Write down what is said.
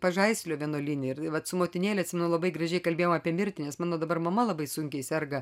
pažaislio vienuolyne ir vat su motinėle atsimenu labai gražiai kalbėjom apie mirtį nes mano dabar mama labai sunkiai serga